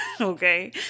okay